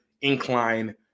incline